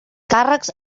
càrrecs